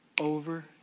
over